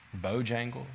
Bojangles